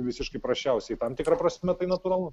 visiškai prasčiausiai tam tikra prasme tai natūralu